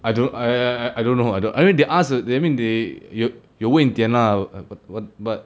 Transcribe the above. I don't I I I don't know leh I don't I mean they ask that mean they you you go and die lah or what but